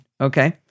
Okay